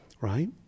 right